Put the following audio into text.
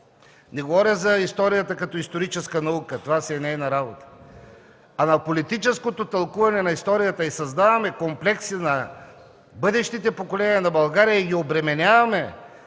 не говоря за историята като историческа наука, това си нейна работа, а на политическото тълкуване на историята и създаваме комплекси на бъдещите поколения на България и ги обременяваме